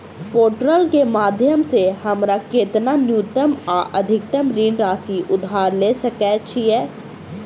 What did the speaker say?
Portal केँ माध्यम सऽ हमरा केतना न्यूनतम आ अधिकतम ऋण राशि उधार ले सकै छीयै?